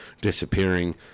disappearing